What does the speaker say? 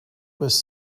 was